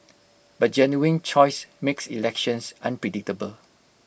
but genuine choice makes elections unpredictable